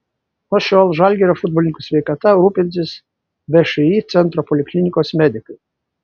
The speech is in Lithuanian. nuo šiol žalgirio futbolininkų sveikata rūpinsis všį centro poliklinikos medikai